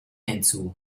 hinzu